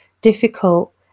difficult